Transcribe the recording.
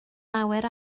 lawer